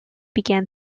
began